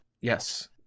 yes